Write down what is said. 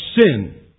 sin